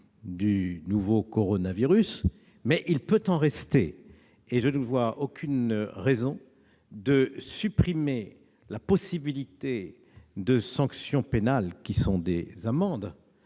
du nouveau coronavirus, mais il peut en rester. Or je ne vois aucune raison de supprimer la possibilité d'appliquer les sanctions pénales, à savoir les amendes,